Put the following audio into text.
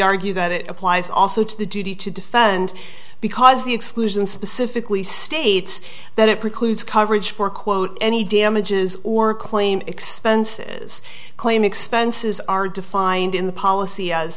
argue that it applies also to the duty to defend because the exclusion specifically states that it precludes coverage for quote any damages or claim expenses claim expenses are defined in the policy as